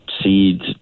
seeds